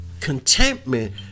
Contentment